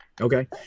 okay